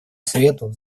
совету